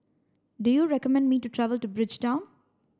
do you recommend me to travel to Bridgetown